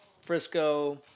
Frisco